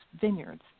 vineyards